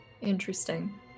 Interesting